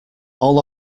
all